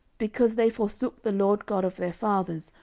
because they forsook the lord god of their fathers,